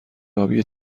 آبی